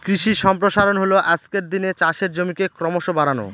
কৃষি সম্প্রসারণ হল আজকের দিনে চাষের জমিকে ক্রমশ বাড়ানো